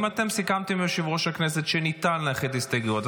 אם אתם סיכמתם עם יושב-ראש הכנסת שניתן לאחד הסתייגויות,